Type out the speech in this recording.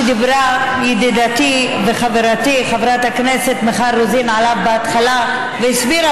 דיברה עליו ידידתי וחברתי חברת הכנסת מיכל רוזין בהתחלה והסבירה